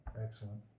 Excellent